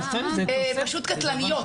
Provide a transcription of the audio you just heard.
פשוט קטלניות,